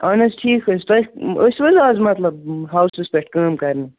اَہَن حظ ٹھیٖک حظ تۄہہِ ٲسِو حظ آز مطلب ہاوسَس پٮ۪ٹھ کٲم کَرنہِ